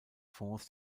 fonds